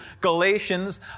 Galatians